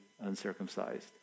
uncircumcised